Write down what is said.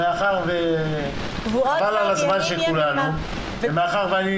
מאחר שחבל על הזמן של כולנו ומאחר שאני